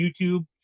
YouTube